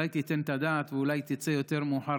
שאולי תיתן את הדעת ואולי תצא יותר מאוחר